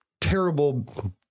terrible